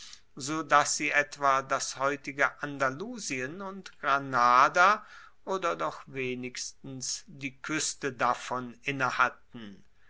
so dass sie etwa das heutige andalusien und granada oder doch wenigstens die kueste davon innehatten